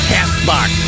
CastBox